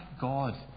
God